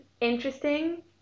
interesting